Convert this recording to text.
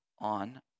on